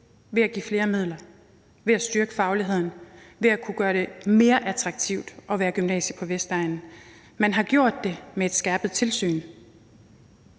ved at give flere midler, ved at styrke fagligheden og ved at gøre det mere attraktivt at være gymnasie på Vestegnen. Man har gjort det med et skærpet tilsyn.